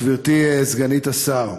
גברתי סגנית השר,